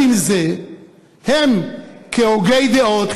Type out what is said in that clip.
הם כהוגי דעות,